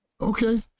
Okay